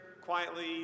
quietly